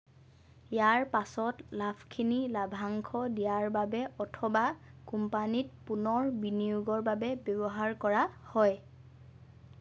ইয়াৰ পাছত লাভখিনি লাভাংশ দিয়াৰ বাবে অথবা কোম্পানীত পুনৰ বিনিয়োগৰ বাবে ব্যৱহাৰ কৰা হয়